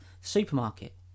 supermarket